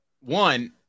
One